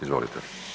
Izvolite.